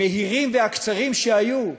המהירים והקצרים שהיו,